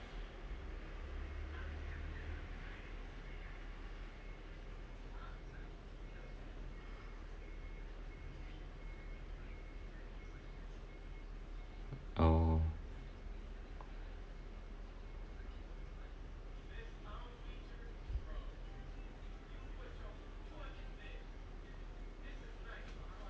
oh